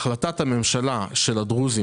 החלטת הממשלה לגבי הדרוזים